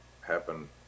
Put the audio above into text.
happen